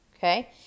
Okay